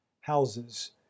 houses